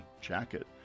jacket